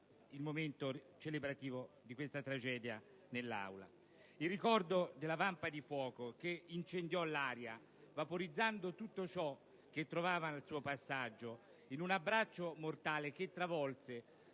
Il ricordo della vampa di fuoco che incendiò l'aria, vaporizzando tutto ciò che trovava al suo passaggio in un abbraccio mortale che travolse